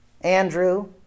Andrew